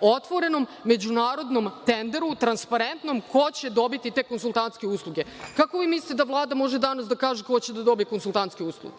otvorenom, međunarodnom tenderu, transparentnom, ko će dobiti te konsultantske usluge. Kako vi mislite da Vlada može danas da kaže ko će da dobije konsultantske usluge?